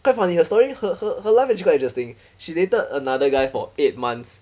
quite funny her story her her her life actually quite interesting she dated another guy for eight months